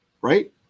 Right